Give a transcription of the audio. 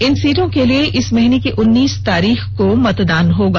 इन सीटों के लिए इस महीने की उन्नीस तारीख को मतदान होगा